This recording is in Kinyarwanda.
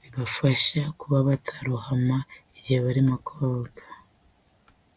bibafasha kuba batarohama igihe barimo koga.